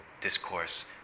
discourse